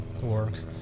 work